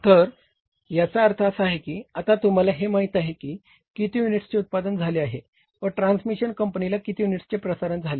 तर याचा अर्थ असा की आता तुम्हाला हे माहित आहे की किती युनिट्सचे उत्पादन झाले आहे व ट्रांसमिशन कंपनीला किती युनिट्सचे प्रसारण झाले